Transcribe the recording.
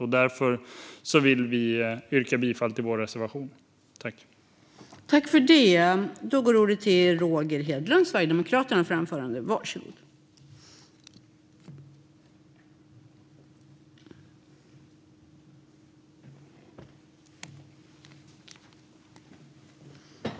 Jag yrkar därför bifall till vår reservation nummer 2.